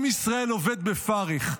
עם ישראל עובד בפרך.